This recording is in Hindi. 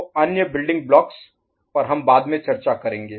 तो अन्य बिल्डिंग ब्लॉक्स पर हम बाद में चर्चा करेंगे